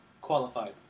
qualified